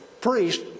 priest